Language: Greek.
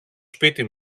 σπίτι